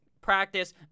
practice